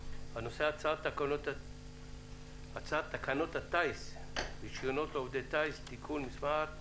הנושא הוא תקנות הטיס (רישיונות לעובדי טיס) (תיקון מס...),